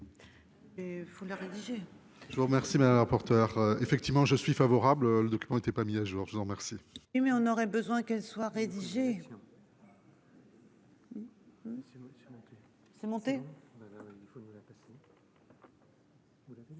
Je vous remercie madame la rapporteure effectivement je suis favorable. Document, on était pas mis à jour. Je vous remercie. Oui mais on aurait besoin qu'elle soit. C'est. C'est monter.